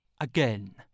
again